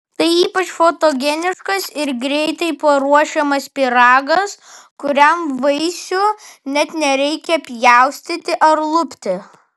tai ypač fotogeniškas ir greitai paruošiamas pyragas kuriam vaisių net nereikia pjaustyti ar lupti